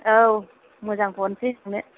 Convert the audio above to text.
औ मोजांखौ हरनोसै नोंनो